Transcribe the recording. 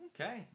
Okay